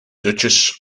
duchess